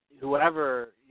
whoever